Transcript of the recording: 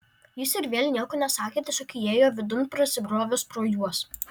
jis ir vėl nieko nesakė tiesiog įėjo vidun prasibrovęs pro juos